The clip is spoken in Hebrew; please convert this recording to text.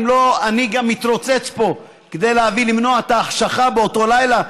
אם אני לא מתרוצץ פה כדי למנוע את ההחשכה באותו לילה,